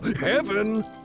heaven